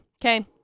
okay